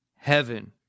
Heaven